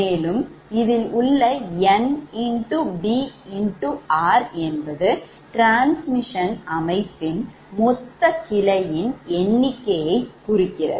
மேலும் இதில் உள்ள NBR என்பது transmission நெட்வொர்க்கின் மொத்த கிளையின் எண்ணிக்கையை குறிக்கிறது